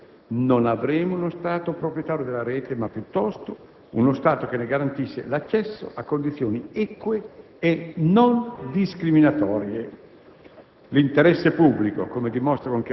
Certamente, al termine di questo processo non avremo uno Stato proprietario della rete, ma piuttosto uno Stato che ne garantisce l'accesso a condizioni eque e non discriminatorie.